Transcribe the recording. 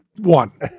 One